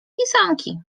sanki